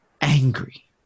angry